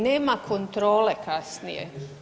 Nema kontrole kasnije.